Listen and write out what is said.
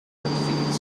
that